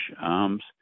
arms